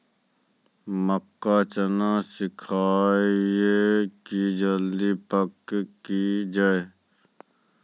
मक्का चना सिखाइए कि जल्दी पक की जय?